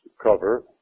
cover